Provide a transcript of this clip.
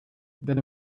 that